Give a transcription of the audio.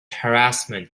harassment